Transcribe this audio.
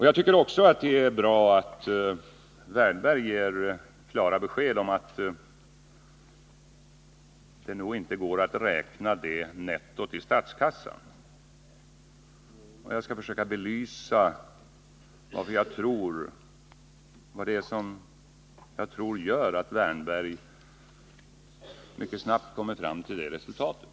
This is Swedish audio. Jag tycker att det var bra att Erik Wärnberg gav klara besked om att det nog inte går att räkna det nettot i statskassan. Jag skall försöka belysa vad det är jag tror gör att Erik Wärnberg mycket snabbt kommer fram till det resultatet.